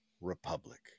republic